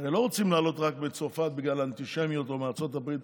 הרי לא רוצים להעלות רק מצרפת בגלל אנטישמיות או מארצות הברית